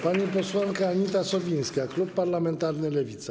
Pani posłanka Anita Sowińska, klub parlamentarny Lewica.